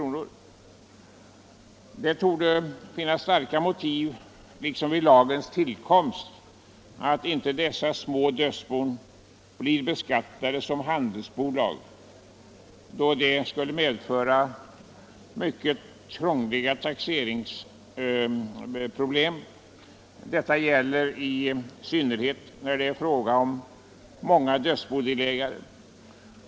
Liksom vid lagens tillkomst torde det nu finnas starka motiv för att dessa små dödsbon inte blir beskattade som handelsbolag, något som medför mycket krångliga taxeringsproblem. Detta gäller i synnerhet om det är fråga om många dödsbodelägare.